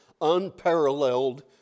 unparalleled